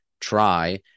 try